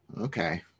Okay